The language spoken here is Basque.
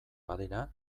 badira